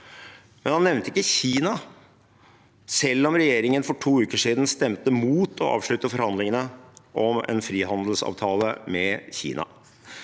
Men han nevnte ikke Kina, selv om regjeringen for to uker siden stemte mot å avslutte forhandlingene om en frihandelsavtale med Kina.